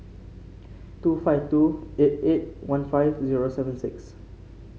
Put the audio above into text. two five two eight eight one five zero seven six